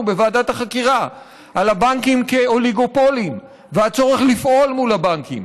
בוועדת החקירה על הבנקים כאוליגופולים והצורך לפעול מול הבנקים.